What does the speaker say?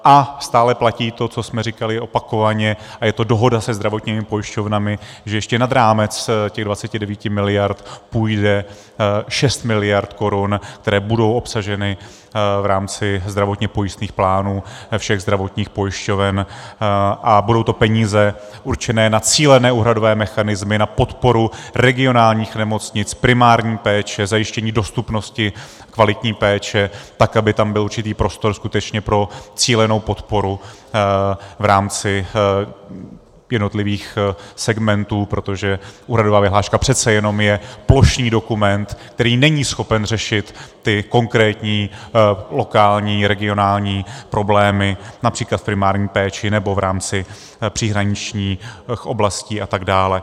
A stále platí to, co jsme říkali opakovaně, a je to dohoda se zdravotními pojišťovnami, že ještě nad rámec těch 29 miliard půjde 6 miliard korun, které budou obsaženy v rámci zdravotněpojistných plánů všech zdravotních pojišťoven, a budou to peníze určené na cílené úhradové mechanismy, na podporu regionálních nemocnic, primární péče, zajištění dostupnosti kvalitní péče tak, aby tam byl skutečně určitý prostor pro cílenou podporu v rámci jednotlivých segmentů, protože úhradová vyhláška přece jenom je plošný dokument, který není schopen řešit konkrétní lokální, regionální problémy, například v primární péči nebo v rámci příhraničních oblastí atd.